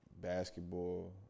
basketball